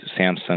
Samsung